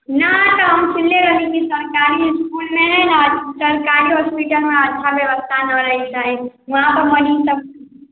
ना ना हम सुनले रहि कि सरकारी इसकुल नहि सरकारी होस्पिटलमे अच्छा व्यवस्था नहि रहै छै वहाँ पर मरीजसब